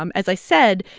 um as i said,